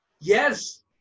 Yes